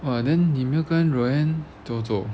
!wah! then 你没有跟 roanne 走走